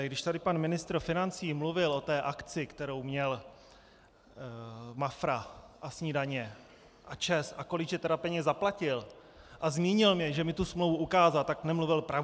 Když tady pan ministr financí mluvil o té akci, kterou měla Mafra a snídaně a ČEZ, a kolik že teda peněz zaplatil, a zmínil, že mi tu smlouvu ukázal, tak nemluvil pravdu.